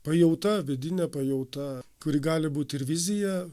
pajauta vidinė pajauta kuri gali būt ir vizija